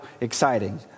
exciting